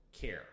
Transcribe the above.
Care